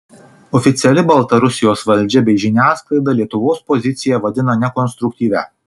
oficiali baltarusijos valdžia bei žiniasklaida lietuvos poziciją vadina nekonstruktyvia